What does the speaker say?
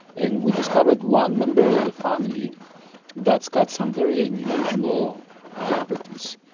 and we discovered one member of a family that's got some very unusual properties.